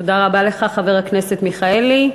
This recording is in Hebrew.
תודה רבה לך, חבר הכנסת מיכאלי.